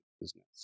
business